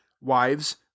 Wives